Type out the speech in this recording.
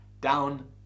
down